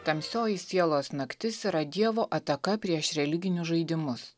tamsioji sielos naktis yra dievo ataka prieš religinius žaidimus